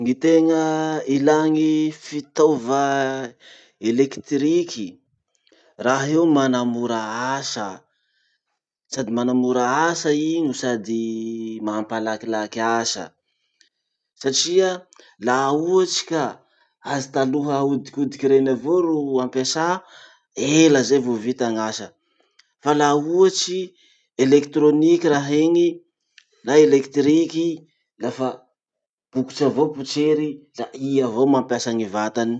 Gny tena ilà ny fitaova elektriky. Raha io manamora asa i no sady mampalakilaky asa. Satria laha ohatsy ka azy taloha ahodikodiky reny avao ro ampiasa, ela zay vo vita gn'asa. Fa laha ohatsy elektroniky raha iny na elektriky, lafa bokotry avao potsery la i avao mampiasa gny vatany.